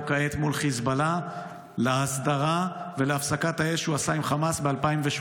כעת מול חיזבאללה להסדרה ולהפסקת האש שהוא עשה עם חמאס ב-2018.